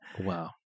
Wow